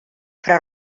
fra